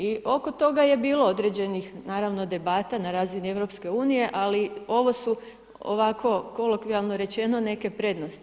I oko toga je bilo određenih naravno debata na razini EU, ali ovo su ovako kolokvijalno rečeno neke prednosti.